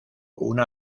una